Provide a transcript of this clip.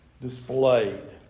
displayed